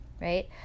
right